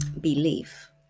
belief